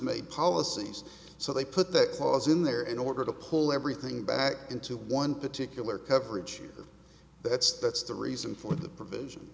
made policies so they put that clause in there in order to pull everything back into one particular coverage that's that's the reason for the pr